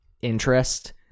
interest